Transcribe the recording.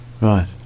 Right